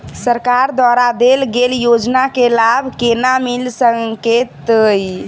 सरकार द्वारा देल गेल योजना केँ लाभ केना मिल सकेंत अई?